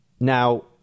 Now